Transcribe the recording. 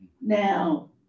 Now